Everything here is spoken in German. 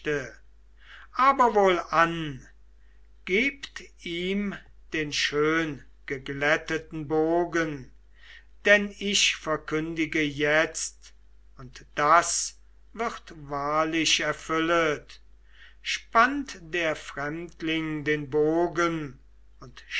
aber wohlan gebt ihm den schöngeglätteten bogen denn ich verkündige jetzt und das wird wahrlich erfüllet spannt der fremdling den bogen und